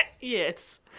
yes